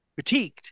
critiqued